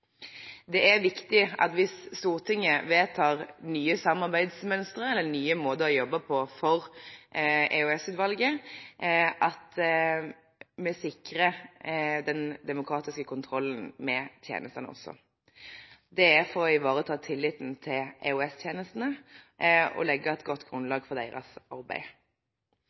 Hvis Stortinget vedtar nye samarbeidsmønstre eller nye måter å jobbe på for EOS-utvalget, er det viktig at vi også sikrer den demokratiske kontrollen med tjenestene. Det er for å ivareta tilliten til EOS-tjenestene og for å legge et godt grunnlag for deres arbeid.